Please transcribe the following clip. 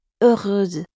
heureuse